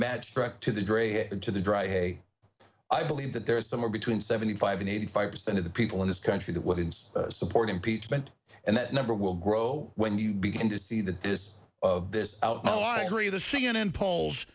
match to the dre and to the dry hay i believe that there is somewhere between seventy five and eighty five percent of the people in this country that wouldn't support impeachment and that number will grow when you begin to see that this of this out oh i agree the c n n polls